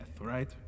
right